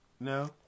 No